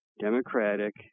democratic